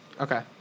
Okay